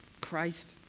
Christ